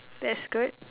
that's good